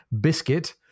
biscuit